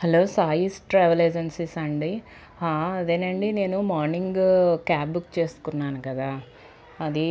hello సాయిస్ ట్రావెలేజెన్సిసాండి హా అదేనండి నేను మార్నింగు క్యాబ్ బుక్ చేసుకున్నాను కదా అదీ